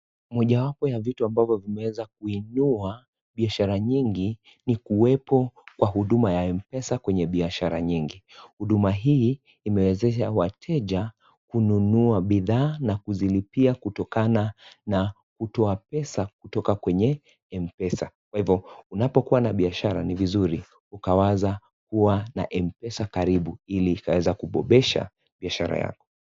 Mmojawapo ya vitu ambavyo vimeweza kuinua biashara nyingi ni kuwepo kwa Huduma ya mpesa kwenye biashara nyingi. Huduma hii imewezesha wateja kununua bidhaa na kuzilipia kutokana na kutoa pesa kutoka kwenye mpesa. Kwa hivo unapokuwa na biashara ni vizuri ukawaza kuwa na mpesa karibu ili unaeza kubobesha biashara yako.